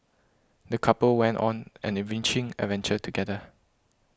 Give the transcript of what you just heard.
the couple went on an enriching adventure together